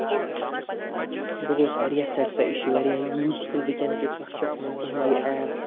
بہٕ گوٚس واریاہ سیٹٕسفےَ یہِ چھُ واریاہ یوٗز فُل ؤنکین کِس وقتَس منٛز تُہُنٛد یہِ ایٚپ